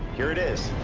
here it is.